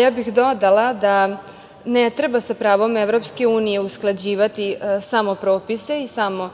Ja bih dodala da ne treba sa pravom EU usklađivati samo propise i samo